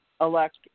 elect